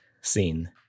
scene